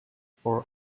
for